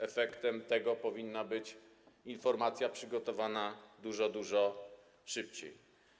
Efektem tego powinna być informacja przygotowana dużo, dużo szybciej.